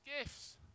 gifts